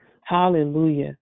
hallelujah